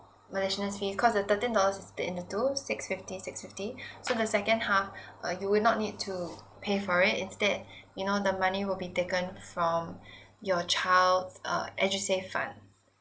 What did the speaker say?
miscellaneous fees cause the thirteen dollar is split into two six fifty six fifty so the second half uh you will not need to pay for it instead you know the money will be taken from your child's uh edusave fund